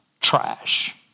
trash